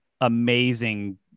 amazing